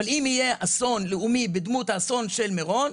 אבל אם יהיה אסון לאומי בדמות האסון של מירון,